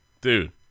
dude